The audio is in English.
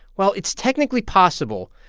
well, it's technically possible,